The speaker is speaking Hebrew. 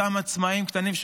אותם עצמאים קטנים,